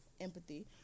empathy